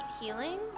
healing